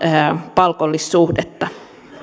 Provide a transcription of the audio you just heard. palkollissuhdetta